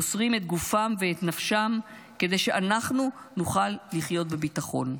מוסרים את גופם ואת נפשם כדי שאנחנו נוכל לחיות בביטחון.